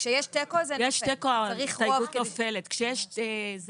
כשיש תיקו זה נופל, צריך רוב.